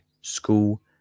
School